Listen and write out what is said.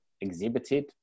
exhibited